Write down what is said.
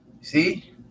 see